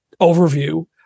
overview